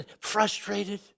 frustrated